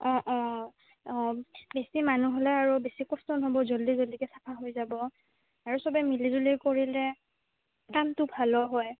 অঁ অঁ অঁ বেছি মানুহ হ'লে আৰু বেছি কষ্ট নহ'ব জল্দি জল্দিকৈ চাফা হৈ যাব আৰু চবে মিলি জুলি কৰিলে কামটো ভালো হয়